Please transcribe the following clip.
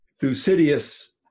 Thucydides